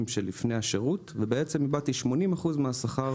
שלפני השירות ובעצם איבדתי 80% מהשכר